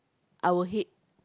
I will hate